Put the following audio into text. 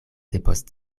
depost